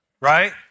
right